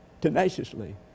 tenaciously